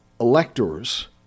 electors